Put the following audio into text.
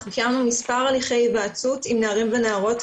אנחנו קיימנו מספר הליכי היוועצות עם נערים ונערות,